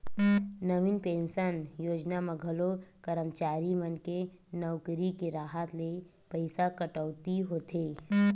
नवीन pension योजना म घलो करमचारी मन के नउकरी के राहत ले पइसा कटउती होथे